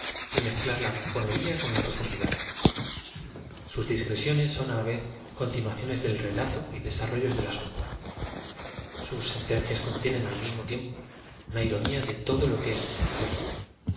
y m ezclar la bufonería con la profundidad sus digresiones son á la v e z continuaciones d el relato y desarrollos del asun to sus sentencias contienen al mismo tiempo una ir o nía de todo lo que es sentencioso